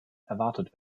erwartet